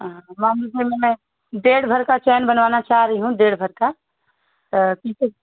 हाँ डेढ़ भर का चैन बनवाना चाह रही हूँ डेढ़ भर की